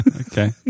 Okay